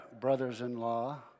brothers-in-law